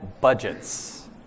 budgets